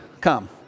come